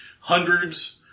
hundreds